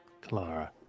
Clara